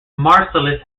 marcellus